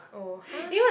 oh !huh!